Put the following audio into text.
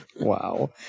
Wow